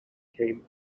became